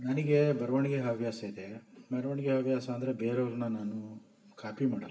ನನಗೆ ಬರವಣಿಗೆ ಹವ್ಯಾಸ ಇದೆ ಬರವಣಿಗೆ ಹವ್ಯಾಸ ಅಂದರೆ ಬೇರೆಯವ್ರನ್ನ ನಾನು ಕಾಪಿ ಮಾಡಲ್ಲ